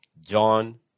John